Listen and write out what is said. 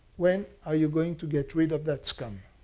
when are you going to get rid of that scum?